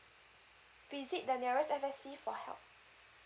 visit the nearest F_S_C for help